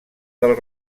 del